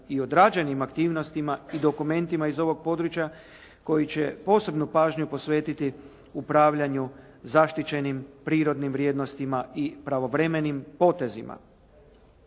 i odrađenim aktivnostima i dokumentima iz ovog područja koji će posebnu pažnju posvetiti upravljanju zaštićenim prirodnim vrijednostima i pravovremenim potezima.